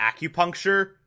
acupuncture